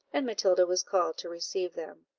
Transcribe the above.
and matilda was called to receive them.